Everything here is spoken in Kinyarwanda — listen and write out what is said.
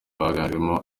biganjemo